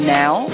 now